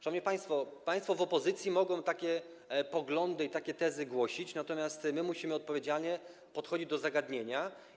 Szanowni państwo, państwo w opozycji mogą takie poglądy i takie tezy głosić, natomiast my musimy odpowiedzialnie podchodzić do zagadnienia.